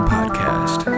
Podcast